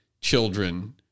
children